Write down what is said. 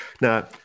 Now